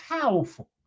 powerful